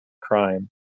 crime